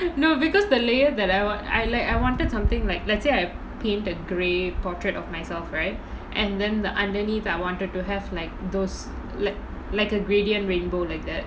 no because the layer that I want I like I wanted something like let's say I paint a grey portrait of myself right and then the underneath that I wanted to have like those like like a gradient rainbow like that